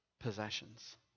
possessions